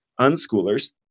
unschoolers